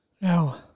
No